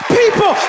people